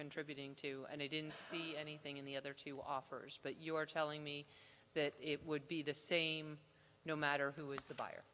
contributing to and i didn't see anything in the other two offers but you were telling me that it would be the same no matter who is the buyer